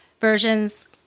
versions